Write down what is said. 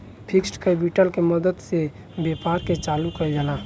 fixed capital के मदद से व्यापार के चालू कईल जाला